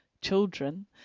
children